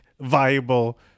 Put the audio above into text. viable